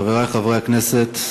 חברי חברי הכנסת,